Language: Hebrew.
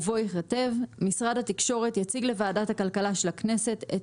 ובו ייכתב 'משרד התקשורת יציג לוועדת הכלכלה של הכנסת את